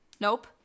Nope